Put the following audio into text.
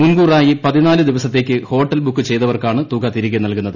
മുൻകൂറായി ദിവസത്തേക്ക് hotel book ചെയ്തവർക്കാണ് തുക തിരികെ നല്കുന്നത്